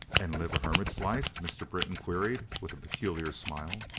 and live a hermit's life? mr. britton queried, with a peculiar smile.